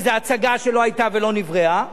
איזו הצגה שלא היתה ולא נבראה.